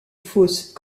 fausse